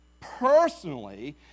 personally